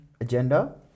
agenda